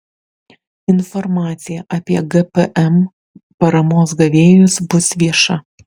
informacija apie gpm paramos gavėjus bus vieša